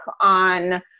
on